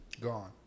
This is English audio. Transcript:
Gone